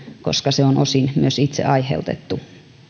koska se on osin myös itse aiheutettua